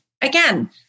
Again